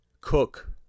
Cook